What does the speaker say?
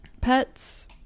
pets